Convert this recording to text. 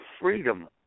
freedom